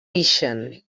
ixen